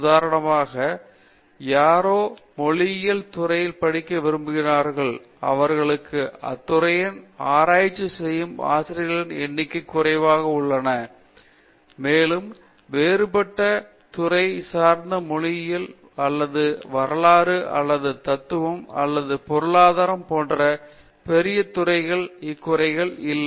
உதாரணமாக யாரோ மொழியியலில் துறையில் படிக்க விரும்புகிறார்களோ அவர்களுக்கு அத்துறையில் ஆராய்ச்சி செய்யும் ஆசிரியர்கள் எண்ணிக்கை குறைவாக உள்ளன மேலும் வேறுபட்ட துறை சார்ந்த மொழியியல் அல்லது வரலாறு அல்லது தத்துவம் அல்லது பொருளாதாரம் போன்ற பெரிய துறைகளில் இக்குறை இல்லை